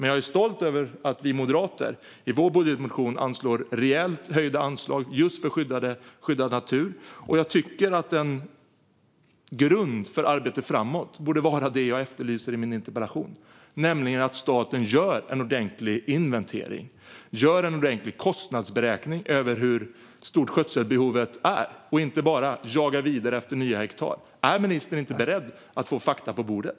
Men jag är stolt över att vi moderater i vår budgetmotion anslår rejält höjda anslag just för skyddad natur. En grund för arbetet framåt borde vara det som jag efterlyser i min interpellation: att staten gör en ordentlig inventering av och en ordentlig kostnadsberäkning över hur stort skötselbehovet är och inte bara jagar vidare efter nya hektar. Är ministern inte beredd att få fakta på bordet?